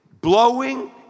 blowing